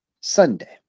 Sunday